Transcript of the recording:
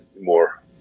more